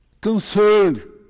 concerned